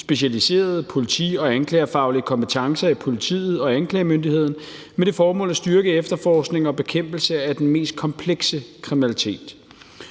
specialiserede politi- og anklagefaglige kompetencer i politiet og anklagemyndigheden med det formål at styrke efterforskning og bekæmpelse af den mest komplekse kriminalitet.